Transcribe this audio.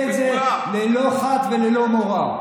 אני אעשה את זה ללא חת וללא מורא.